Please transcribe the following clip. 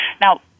Now